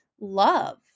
love